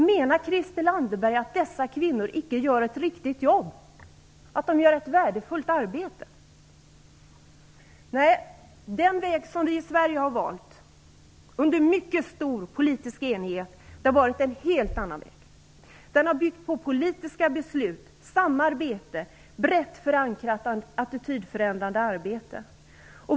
Menar Christel Anderberg att dessa kvinnor icke gör ett riktigt jobb och ett värdefullt arbete? Den väg som vi i Sverige har valt under mycket stor politisk enighet har varit en helt annan väg. Den har byggt på politiska beslut, samarbete och brett förankrat attitydförändrande arbete.